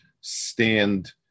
stand